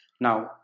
Now